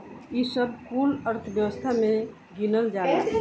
ई सब कुल अर्थव्यवस्था मे गिनल जाला